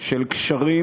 של קשרים.